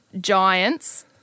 Giants